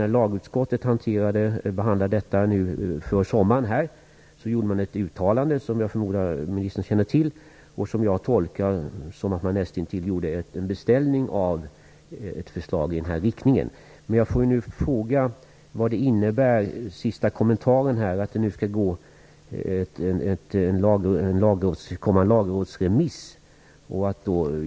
När lagutskottet behandlade denna fråga före sommaren gjorde man nämligen ett uttalande som jag förmodar att ministern känner till. Jag tolkar det som att man nästintill gjorde en beställning av ett förslag i den här riktningen. Vad innebär den sista kommentaren om att det nu skall komma en lagrådsremiss?